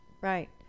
right